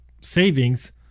savings